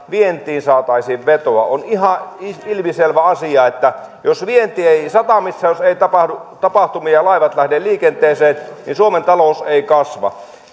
vientiin saataisiin vetoa on ihan ilmiselvä asia että jos vienti ei vedä jos ei satamissa tapahdu tapahtumia laivat eivät lähde liikenteeseen niin suomen talous ei kasva